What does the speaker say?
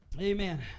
Amen